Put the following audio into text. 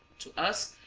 to us,